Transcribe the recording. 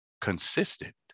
consistent